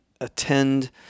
attend